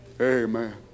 Amen